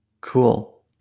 Cool